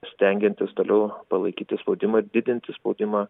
stengiantis toliau palaikyti spaudimą didinti spaudimą